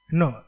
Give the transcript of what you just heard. no